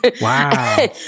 Wow